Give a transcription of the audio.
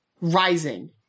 rising